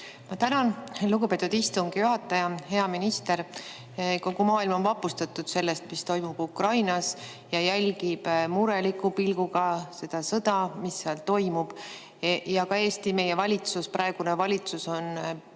Ma tänan, lugupeetud istungi juhataja! Hea minister! Kogu maailm on vapustatud sellest, mis toimub Ukrainas, ja jälgib mureliku pilguga seda sõda, mis seal toimub. Ka Eesti, meie valitsus, praegune valitsus on võtnud